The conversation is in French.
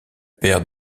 père